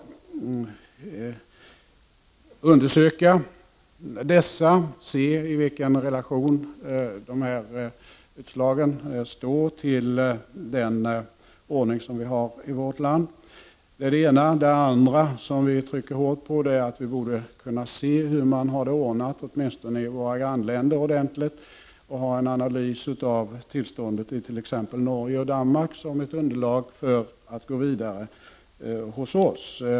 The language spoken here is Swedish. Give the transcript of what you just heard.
Dessa skall vi undersöka och se i vilken relation dessa utslag står till den ordning som vi har i vårt land. Det är det ena. Det andra som vi trycker hårt på är att vi borde kunna se hur man har ordnat detta åtminstone i våra grannländer och göra en analys av tillståndet i t.ex. Norge och Danmark som ett underlag för att kunna gå vidare hos oss.